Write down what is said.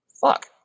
fuck